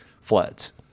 floods